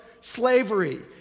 slavery